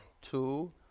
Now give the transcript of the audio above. Two